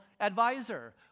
advisor